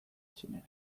txinera